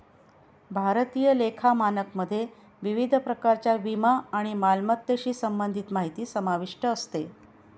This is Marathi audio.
भारतीय लेखा मानकमध्ये विविध प्रकारच्या विमा आणि मालमत्तेशी संबंधित माहिती समाविष्ट असते